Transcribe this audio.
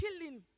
killing